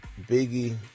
Biggie